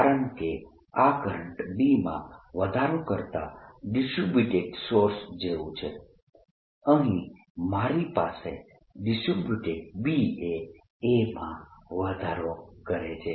કારણકે આ current B માં વધારો કરતા ડિસ્ટ્રીબ્યુટેડ સોર્સ જેવું છે અહીં મારી પાસે ડિસ્ટ્રીબ્યુટેડ B એ A માં વધારો કરે છે